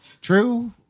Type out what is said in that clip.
True